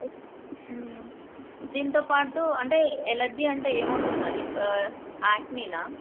దీంతోపాటు అంటే ఎలర్జీ అంటే ఏమవుతుందండి యాక్నీ నా